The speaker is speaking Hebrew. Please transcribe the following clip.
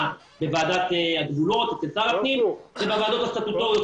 הגבולות אצל שר הפנים ובוועדות הסטטוטוריות,